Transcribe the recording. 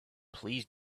please